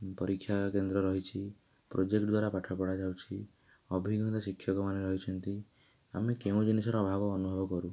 ପରୀକ୍ଷା କେନ୍ଦ୍ର ରହିଛି ପ୍ରୋଜେକ୍ଟ୍ ଦ୍ୱାରା ପାଠ ପଢ଼ା ଯାଉଛି ଅଭିଜ୍ଞତା ଶିକ୍ଷକମାନେ ରହିଛନ୍ତି ଆମେ କେଉଁ ଜିନିଷର ଅଭାବ ଅନୁଭବ କରୁନୁ